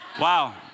Wow